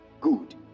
Good